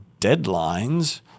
deadlines